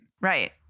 Right